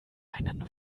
einen